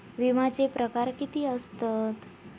विमाचे प्रकार किती असतत?